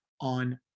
on